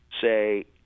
say